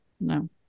No